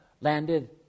landed